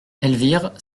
elvire